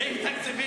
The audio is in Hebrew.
סעיף תקציבי